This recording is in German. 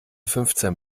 fünfzehn